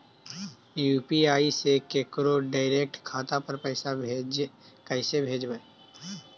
UPI से केकरो direct खाता पर पैसा कैसे भेजबै?